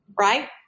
Right